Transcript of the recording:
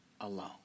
alone